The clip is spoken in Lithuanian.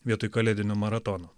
vietoj kalėdinio maratono